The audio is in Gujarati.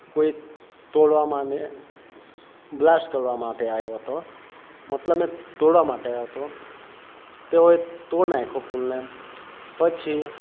કોઈ તોડવા માને બ્લાસ્ટ કરવા માટે આવ્યો તો મતલબ એ તોડવા માટે આવ્યો તો તેઓએ તોડી નાખ્યો પુલને પછી